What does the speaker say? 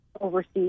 overseas